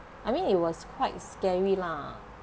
I mean it was quite scary lah